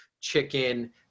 chicken